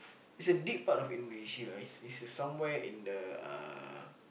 it's a deep part of Indonesia ah it's it's somewhere in the uh